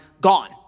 gone